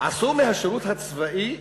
עשו מהשירות הצבאי